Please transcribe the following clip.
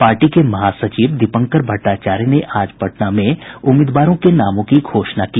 party के महासचिव दीपंकर भट्टाचार्य ने आज पटना में उम्मीदवारों के नामों की घोषणा की